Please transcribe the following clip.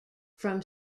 from